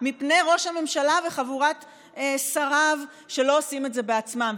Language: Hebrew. מפני ראש הממשלה וחבורת שריו שלא עושים את זה בעצמם,